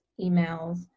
emails